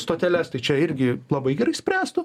stoteles tai čia irgi labai gerai išspręstų